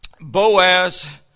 Boaz